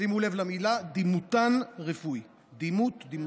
שימו לב למילה "דימותן רפואי"; דימות, דימותן.